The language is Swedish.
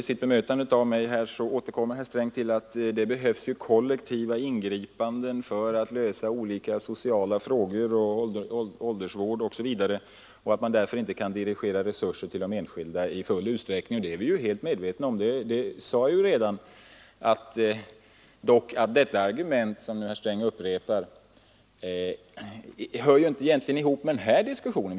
I sitt bemötande av mig återkommer herr Sträng till att det behövs kollektiva ingripanden för att lösa olika sociala frågor, åldringsvård osv., och att man inte kan dirigera resurser till de enskilda i full utsträckning. Det är vi helt medvetna om, men det argumentet, som herr Sträng upprepar, hör inte ihop med den här diskussionen.